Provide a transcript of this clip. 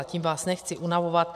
Tím vás nechci unavovat.